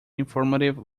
informative